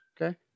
Okay